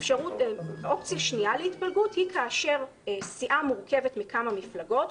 אופציה שנייה להתפלגות היא כאשר סיעה מורכבת מכמה מפלגות,